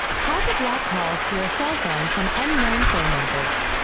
how to block calls to your cellphone from unknown phone numbers.